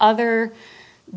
other